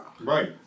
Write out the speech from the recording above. Right